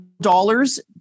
dollars